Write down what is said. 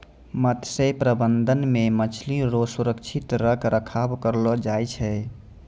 मत्स्य प्रबंधन मे मछली रो सुरक्षित रख रखाव करलो जाय छै